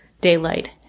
daylight